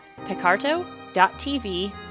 picarto.tv